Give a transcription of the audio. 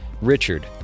richard